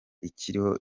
ikiriho